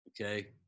okay